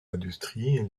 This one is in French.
industries